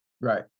Right